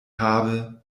habe